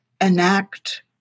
enact